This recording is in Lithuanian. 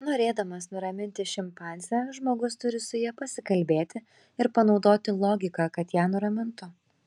norėdamas nuraminti šimpanzę žmogus turi su ja pasikalbėti ir panaudoti logiką kad ją nuramintų